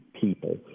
people